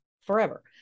forever